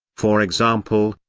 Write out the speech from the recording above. for example,